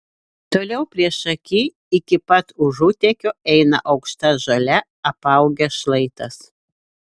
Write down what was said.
toliau priešaky iki pat užutekio eina aukšta žole apaugęs šlaitas